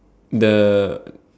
the